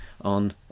on